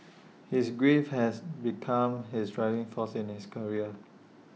his grief has become his driving force in his career